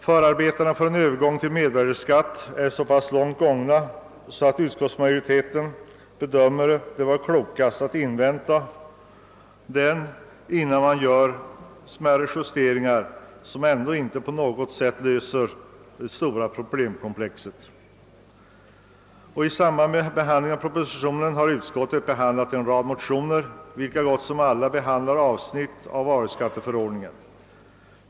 Förarbetena för en övergång till mervärdeskatt är så pass långt gångna, att utskottsmajoriteten bedömer det vara klokast att invänta denna innan man gör smärre justeringar som ändå inte på något sätt löser det stora problemkomplexet. I samband med behandlingen av propositionen har utskottet behandlat en rad motioner, vilka så gott som alla behandlar avsnitt av varuskatteförordningen.